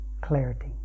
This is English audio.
clarity